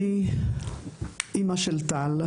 אני אמא של טל,